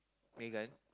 okay guys